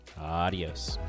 Adios